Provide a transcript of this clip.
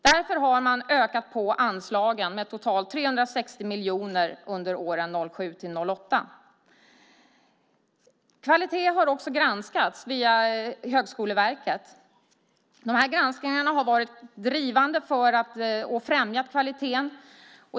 Därför har man ökat anslagen med totalt 360 miljoner under åren 07-08. Kvaliteten har också granskats via Högskoleverket. De här granskningarna har varit drivande och främjat kvaliteten.